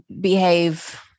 behave